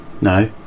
no